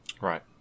Right